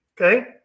Okay